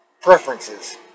preferences